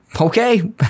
Okay